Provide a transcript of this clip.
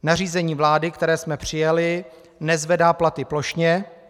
Nařízení vlády, které jsme přijali, nezvedá platy plošně.